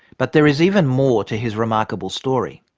but there is even more to his remarkable story.